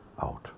out